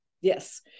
Yes